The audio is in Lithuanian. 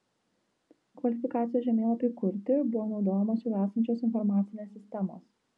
kvalifikacijos žemėlapiui kurti buvo naudojamos jau esančios informacinės sistemos